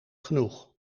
genoeg